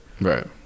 Right